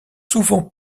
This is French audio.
souvent